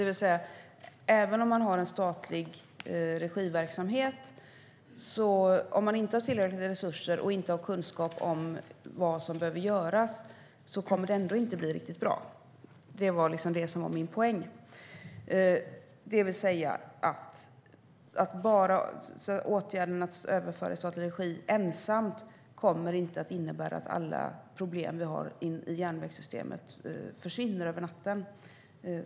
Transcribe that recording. Om man har en verksamhet i statlig regi men inte har tillräckligt med resurser och inte har kunskap om vad som behöver göras kommer det ändå inte att bli riktigt bra. Det var liksom det som var min poäng. Åtgärden att överföra i statlig regi kommer inte ensam att innebära att alla problem vi har i järnvägssystemet försvinner över natten.